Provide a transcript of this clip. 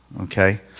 Okay